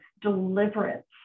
deliverance